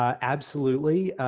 um absolutely,